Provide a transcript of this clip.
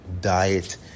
Diet